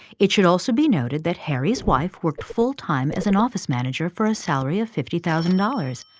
it should also be noted that harry's wife worked full time as an office manager for a salary of fifty thousand dollars.